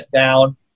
down